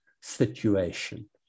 situation